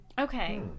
Okay